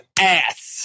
ass